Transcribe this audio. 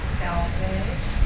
selfish